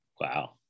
Wow